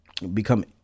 become